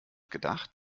gedacht